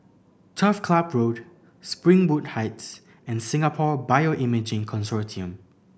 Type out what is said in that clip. Turf Club Road Springwood Heights and Singapore Bioimaging Consortium